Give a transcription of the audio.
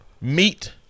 Meat